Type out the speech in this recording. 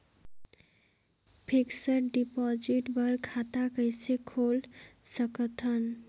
Fixed deposit बर खाता कइसे खोल सकत हन?